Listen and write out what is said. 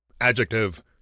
Adjective